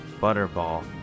Butterball